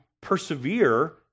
persevere